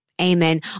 amen